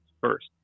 first